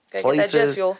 places